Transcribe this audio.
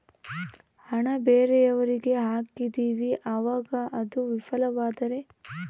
ಹಣ ಬೇರೆಯವರಿಗೆ ಹಾಕಿದಿವಿ ಅವಾಗ ಅದು ವಿಫಲವಾದರೆ?